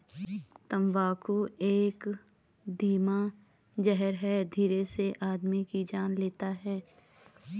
तम्बाकू एक धीमा जहर है धीरे से आदमी की जान लेता है